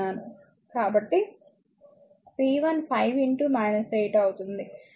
కాబట్టి p 1 5 8 అవుతుంది కాబట్టి 40